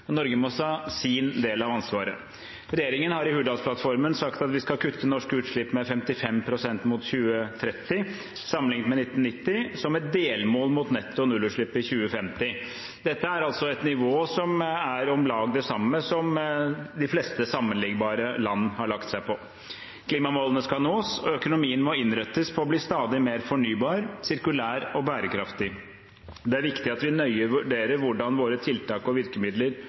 Norge må ta sin del av ansvaret. Regjeringen har i Hurdalsplattformen sagt at vi skal kutte norske utslipp med 55 pst. mot 2030, sammenlignet med 1990, som et delmål mot netto nullutslipp i 2050. Dette er altså et nivå som er om lag det samme som de fleste sammenlignbare land har lagt seg på. Klimamålene skal nås, og økonomien må innrettes på å bli stadig mer fornybar, sirkulær og bærekraftig. Det er viktig at vi nøye vurderer hvordan våre tiltak og virkemidler